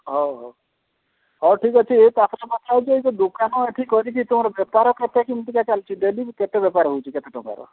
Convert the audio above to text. ହେଉ ହେଉ ହେଉ ଠିକ ଅଛି ତା'ପରେ କଥା ହେଉଛି ଏ ଯେଉଁ ଦୋକାନ ଏଠି କରିକି ତୁମର ବେପାର କେତେ କେମତିକା ଚାଲିଛି ଡେଲି କେତେ ବେପାର ହେଉଛି କେତେ ଟଙ୍କାର